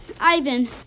Ivan